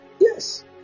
yes